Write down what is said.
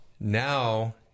Now